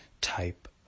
type